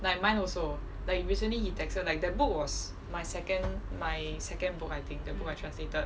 like mine also like recently he texted like the book was my second my second book I think the book I translated